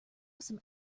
some